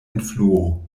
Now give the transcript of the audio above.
influo